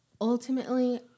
ultimately